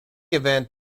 event